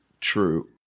true